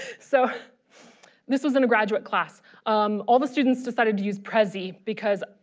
so this was in a graduate class um all the students decided to use prezi because